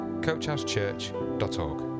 coachhousechurch.org